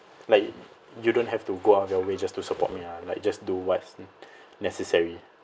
like you don't have to go out of your way just to support me ah like just do what's necessary